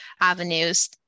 avenues